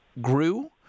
grew